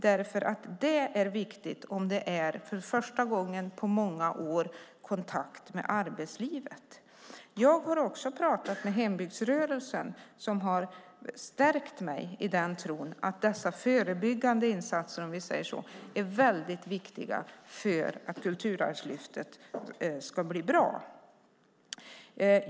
Detta är viktigt om det är första gången på många år som man har kontakt med arbetslivet. Jag har talat med hembygdsrörelsen som har stärkt mig i tron att dessa förebyggande insatser är mycket viktiga för att Kulturarvslyftet ska bli bra.